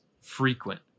frequent